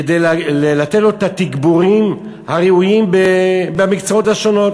כדי לקבל את התגבורים הראויים במקצועות השונים,